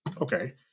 Okay